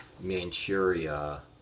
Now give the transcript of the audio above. Manchuria